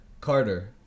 Carter